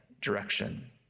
direction